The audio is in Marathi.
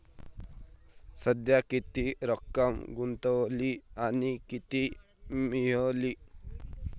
सध्या किती रक्कम गुंतवली आणि किती मिळाली